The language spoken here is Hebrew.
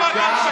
למה אתה משקר?